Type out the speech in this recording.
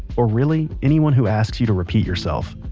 or really anyone who asks you to repeat yourself.